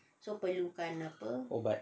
ubat